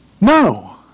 No